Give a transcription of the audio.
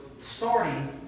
starting